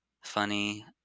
funny